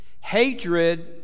hatred